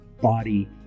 body